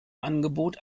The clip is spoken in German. angebot